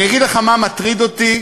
אני רק רוצה לבקש,